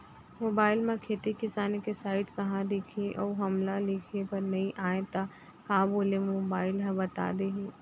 Mobile म खेती किसानी के साइट कहाँ दिखही अऊ हमला लिखेबर नई आय त का बोले म मोबाइल ह बता दिही?